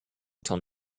until